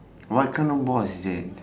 what kind of boss is that